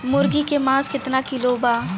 मुर्गी के मांस केतना रुपया किलो बा?